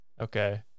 Okay